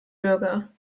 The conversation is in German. bürger